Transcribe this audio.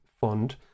Fund